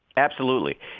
absolutely.